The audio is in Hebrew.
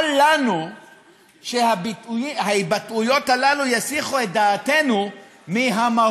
אל להתבטאויות האלה להסיח את דעתנו מהמהות,